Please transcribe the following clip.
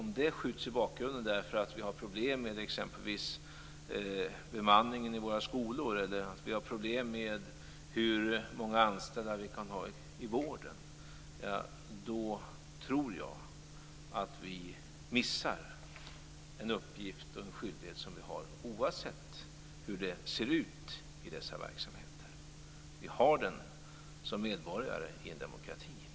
Om det skjuts i bakgrunden för att vi har problem med exempelvis bemanningen i våra skolor eller för att vi har problem med hur många anställda vi kan ha i vården, tror jag att vi missar en uppgift och en skyldighet som vi har oavsett hur det ser ut i dessa verksamheter. Vi har den som medborgare i en demokrati.